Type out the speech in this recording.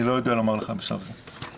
אני לא יודע לומר לך בשלב זה.